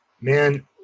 Man